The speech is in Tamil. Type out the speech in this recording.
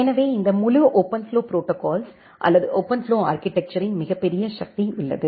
எனவே இந்த முழு ஓபன்ஃப்ளோ ப்ரோடோகால்ஸ் அல்லது ஓபன்ஃப்ளோ ஆர்க்கிடெக்சரின் மிகப்பெரிய சக்தி உள்ளது